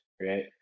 right